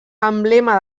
emblema